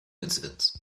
incidents